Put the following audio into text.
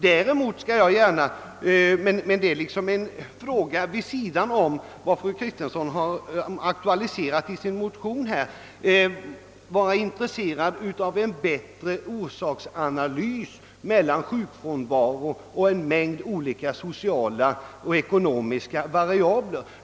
Däremot skall jag gärna — men det är en fråga vid sidan av vad fru Kristensson har aktualiserat i sin motion — vara intresserad av en bättre orsaksanalys av sjukfrånvaro och en mängd sociala och ekonomiska variabler.